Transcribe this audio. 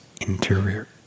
interior